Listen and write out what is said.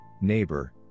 neighbor